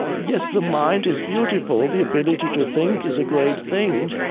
yes, the mind is beautiful, the ability to think is a great thing,